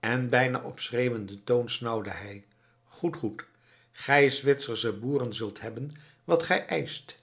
en bijna op schreeuwenden toon snauwde hij goed goed gij zwitsersche boeren zult hebben wat gij eischt